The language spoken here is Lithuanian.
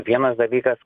vienas dalykas